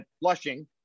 flushing